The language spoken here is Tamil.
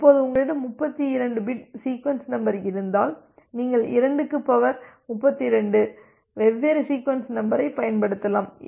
இப்போது உங்களிடம் 32 பிட் சீக்வென்ஸ் நம்பர் இருந்தால் நீங்கள் 2 க்கு பவர் 32 வெவ்வேறு சீக்வென்ஸ் நம்பரைப் பயன்படுத்தலாம்